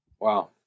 Wow